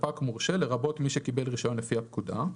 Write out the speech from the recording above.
""ספק מורשה" לרבות מי שקיבל רישיון לפי הפקודה,"."